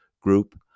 group